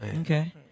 Okay